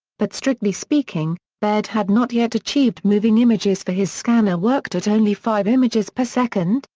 but strictly speaking, baird had not yet achieved moving images for his scanner worked at only five images per second,